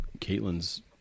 Caitlin's